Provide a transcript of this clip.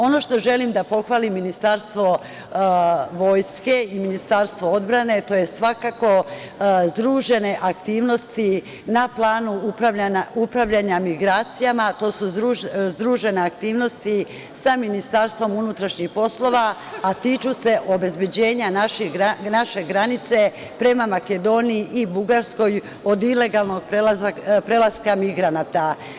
Ono što želim da pohvalim Ministarstvo odbrane, to su svakako združene aktivnosti na planu upravljanja migracijama, to su združene aktivnosti sa Ministarstvom unutrašnjih poslova, a tiču se obezbeđenja naše granice prema Makedoniji i Bugarskoj od ilegalnog prelaska migranata.